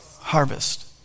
Harvest